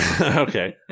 Okay